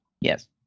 Yes